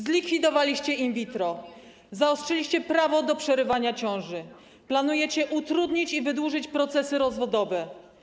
Zlikwidowaliście in vitro, zaostrzyliście prawo do przerywania ciąży, planujecie utrudnić i wydłużyć procesy rozwodowe.